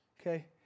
okay